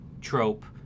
trope